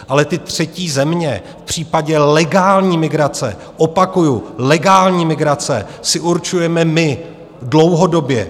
Ale ty třetí země v případě legální migrace, opakuju, legální migrace, si určujeme my dlouhodobě.